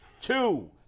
Two